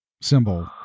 symbol